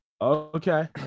Okay